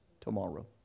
tomorrow